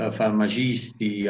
farmacisti